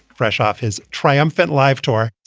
fresh off his triumphant live tour,